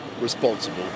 responsible